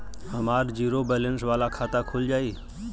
हमार zero balance वाला खाता खुल जाई?